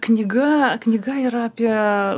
knyga knyga yra apie